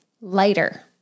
lighter